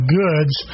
goods